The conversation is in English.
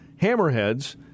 hammerheads